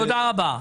תודה רבה.